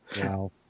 Wow